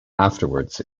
afterwards